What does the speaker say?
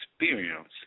experience